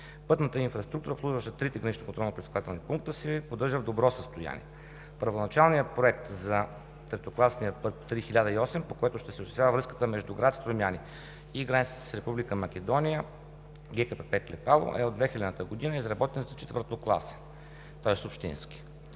Пътната инфраструктура, обслужваща трите гранично контролно-пропускателни пункта, се поддържа в добро състояние. Първоначалният проект за третокласния път III-1008, по който ще се осъществява връзката между град Струмяни и границата с Република Македония – ГКПП „Клепало“ е от 2000 г., и е изработен за четвъртокласен, тоест общински.